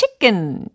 Chicken